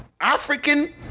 African